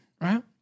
right